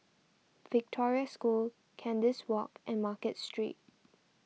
Victoria School Kandis Walk and Market Street